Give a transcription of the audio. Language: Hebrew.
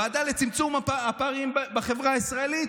ועדה לצמצום הפערים בחברה הישראלית,